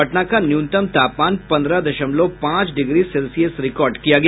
पटना का न्यूनतम तापमान पन्द्रह दशमलव पांच डिग्री सेल्सियस रिकार्ड किया गया